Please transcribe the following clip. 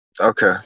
Okay